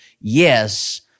yes